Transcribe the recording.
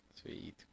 Sweet